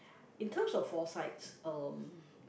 in terms of foresights um